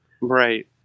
Right